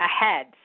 ahead